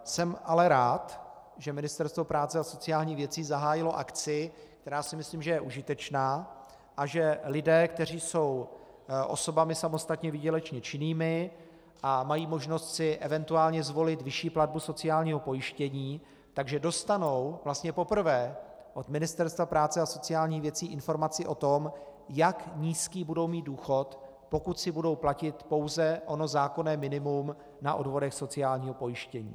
Jsem ale rád, že Ministerstvo práce a sociálních věcí zahájilo akci, která si myslím, že je užitečná a že lidé, kteří jsou osobami samostatně výdělečně činnými a mají možnost si eventuálně zvolit vyšší platbu sociálního pojištění, tak že dostanou vlastně poprvé od Ministerstva práce a sociálních věcí informaci o tom, jak nízký budou mít důchod, pokud si budou platit pouze ono zákonné minimum na odvodech sociálního pojištění.